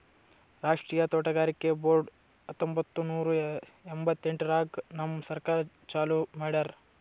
ರಾಷ್ಟ್ರೀಯ ತೋಟಗಾರಿಕೆ ಬೋರ್ಡ್ ಹತ್ತೊಂಬತ್ತು ನೂರಾ ಎಂಭತ್ತೆಂಟರಾಗ್ ನಮ್ ಸರ್ಕಾರ ಚಾಲೂ ಮಾಡ್ಯಾರ್